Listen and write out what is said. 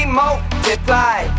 multiply